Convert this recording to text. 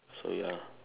so ya